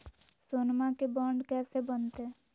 सोनमा के बॉन्ड कैसे बनते?